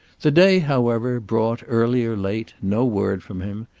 the day, however, brought, early or late, no word from him,